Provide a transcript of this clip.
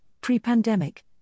pre-pandemic